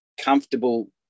comfortable